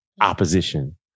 opposition